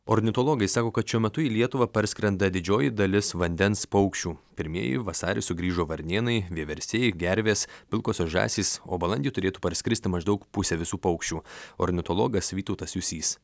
ornitologai sako kad šiuo metu į lietuvą parskrenda didžioji dalis vandens paukščių pirmieji vasarį sugrįžo varnėnai vieversiai gervės pilkosios žąsys o balandį turėtų parskristi maždaug pusė visų paukščių ornitologas vytautas jusys